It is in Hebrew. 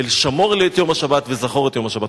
אל שמור את יום השבת וזכור את יום השבת.